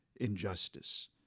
Injustice